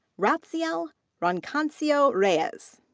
rathziel roncancio reyes.